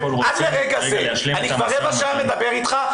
עד לרגע זה אני כבר רבע שעה מדבר אתך,